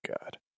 God